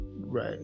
right